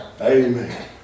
Amen